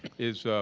is